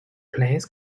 planes